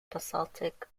basaltic